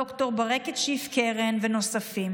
ד"ר ברקת שיף קרן ונוספים,